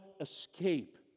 escape